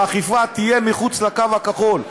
והאכיפה תהיה מחוץ לקו הכחול,